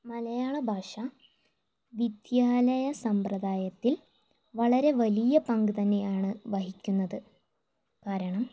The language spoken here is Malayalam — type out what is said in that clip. മലയാള ഭാഷ വിദ്യാലയ സമ്പ്രദായത്തിൽ വളരെ വലിയ പങ്കുതന്നെയാണ് വഹിക്കുന്നത് കാരണം